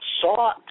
Saw